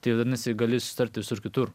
tai vadinasi gali susitart ir visur kitur